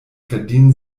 verdienen